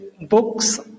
books